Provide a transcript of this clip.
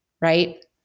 right